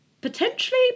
potentially